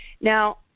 Now